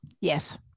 Yes